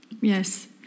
Yes